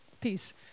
peace